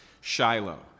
Shiloh